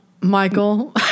Michael